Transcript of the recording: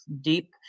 deep